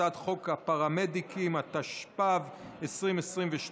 הצעת חוק הפרמדיקים, התשפ"ב 2022,